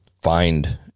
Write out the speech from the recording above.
find